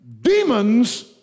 demons